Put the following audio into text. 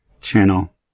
channel